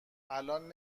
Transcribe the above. الان